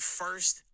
first